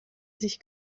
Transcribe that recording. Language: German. sich